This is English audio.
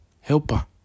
helper